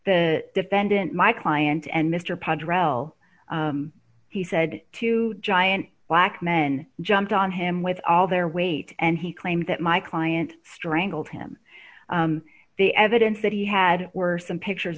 the defendant my client and mr punter l he said two giant black men jumped on him with all their weight and he claimed that my client strangled him the evidence that he had were some pictures